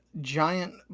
giant